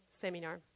seminar